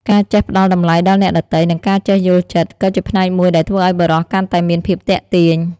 ការចេះផ្តល់តម្លៃដល់អ្នកដទៃ និងការចេះយល់ចិត្ត ក៏ជាផ្នែកមួយដែលធ្វើឲ្យបុរសកាន់តែមានភាពទាក់ទាញ។